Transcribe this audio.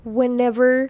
whenever